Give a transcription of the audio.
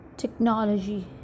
Technology